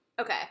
Okay